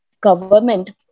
government